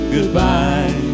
Goodbye